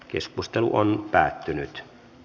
keskustelua ei syntynyt